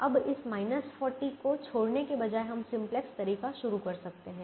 अब इस 40 को छोड़ने के बजाय हम सिंपलेक्स तरीका शुरू कर सकते थे